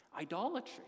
Idolatry